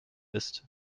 ist